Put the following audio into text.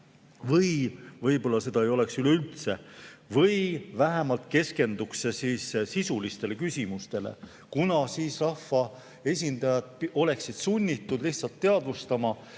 või võib-olla ei oleks seda üleüldse. Vähemalt keskendutaks sisulistele küsimustele, kuna siis rahvaesindajad oleksid sunnitud lihtsalt teadvustama,